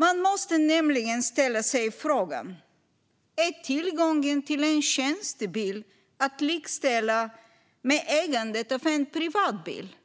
Man måste nämligen ställa sig frågan: Är tillgång till en tjänstebil att likställa med ägande av en privat bil?